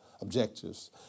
objectives